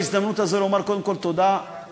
בהזדמנות הזאת אני רוצה לומר קודם כול תודה לשר